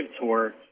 Tour